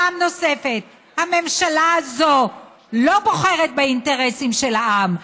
פעם נוספת הממשלה הזאת לא בוחרת באינטרסים של העם,